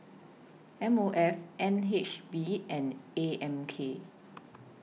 M O F N H B and A M K